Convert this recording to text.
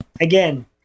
again